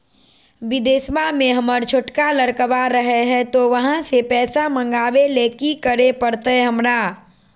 बिदेशवा में हमर छोटका लडकवा रहे हय तो वहाँ से पैसा मगाबे ले कि करे परते हमरा?